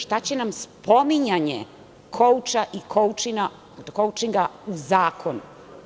Šta će nam spominjanje „kouča“ i „koučinga“ u zakonu?